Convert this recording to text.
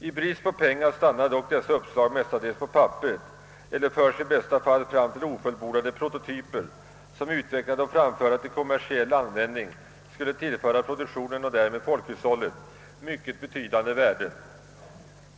I brist på pengar stannar dock dessa uppslag mestadels på papperet eller förs i bästa fall fram till ofullbordade prototyper, som utvecklade och bragta till kommersiell användning skulle tillföra produktionen och därmed folkhushållet mycket betydande värden.